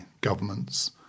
governments